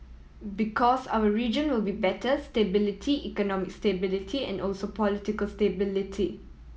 because our region will be better stability economic stability and also political stability